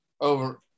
over